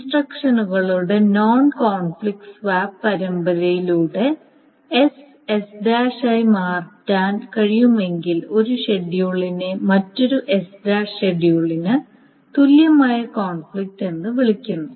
ഇൻസ്ട്രക്ഷനുകളുടെ non conflict swap പരമ്പരയിലൂടെ S ആയി മാറ്റാൻ കഴിയുമെങ്കിൽ ഒരു ഷെഡ്യൂളിനെ മറ്റൊരു S' ഷെഡ്യൂളിന് തുല്യമായ കോൺഫ്ലിക്റ്റ് എന്ന് വിളിക്കുന്നു